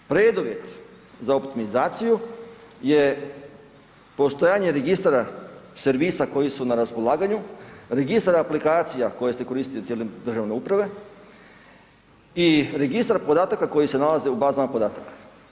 Preduvjet za optimizaciju je postojanje registara servisa koji su na raspolaganju, registar aplikacija koje se koriste u tijelima državne uprave i registar podataka koji se nalaze u bazama podataka.